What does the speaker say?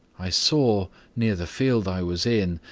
i saw, near the field i was in,